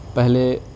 پہلے